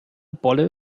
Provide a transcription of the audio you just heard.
bolle